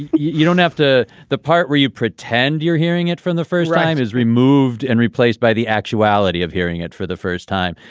you don't have to the part where you pretend you're hearing it from the first time is removed and replaced by the actuality of hearing it for the first time.